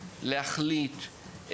להחליט,